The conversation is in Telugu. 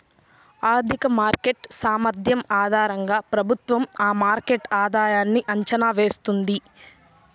ఆర్థిక మార్కెట్ సామర్థ్యం ఆధారంగా ప్రభుత్వం ఆ మార్కెట్ ఆధాయన్ని అంచనా వేస్తుంది